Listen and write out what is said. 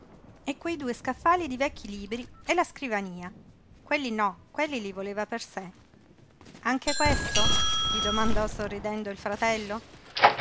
e quei due scaffali di vecchi libri e la scrivania quelli no quelli li voleva per sé anche questo gli domandò sorridendo il fratello